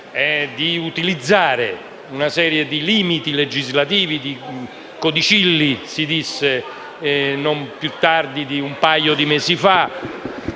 a utilizzare una serie di limiti legislativi e di codicilli: così si disse, non più tardi di un paio di mesi fa.